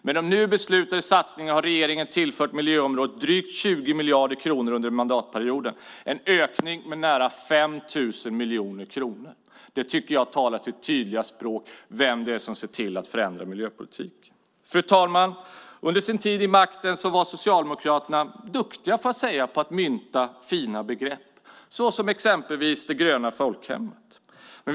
Med de nu beslutade satsningarna har regeringen tillfört miljöområdet drygt 20 miljarder kronor under mandatperioden. Det är en ökning med nära 5 000 miljoner kronor. Det tycker jag talar sitt tydliga språk om vem det är som ser till att förändra miljöpolitiken. Fru ålderspresident! Under sin tid vid makten var Socialdemokraterna duktiga på att mynta fina begrepp, exempelvis "det gröna folkhemmet".